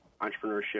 entrepreneurship